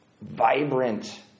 vibrant